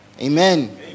Amen